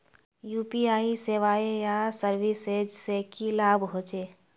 UPI सेवाएँ या services से की लाभ होचे?